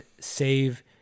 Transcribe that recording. save